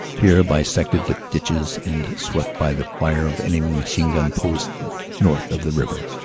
here bisected with ditches and swept by the fire of enemy machine gun posts north of the river.